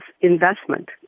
investment